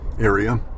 area